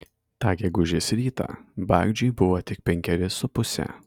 tą gegužės rytą bagdžiui buvo tik penkeri su puse